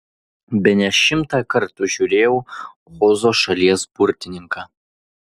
bene šimtą kartų žiūrėjau ozo šalies burtininką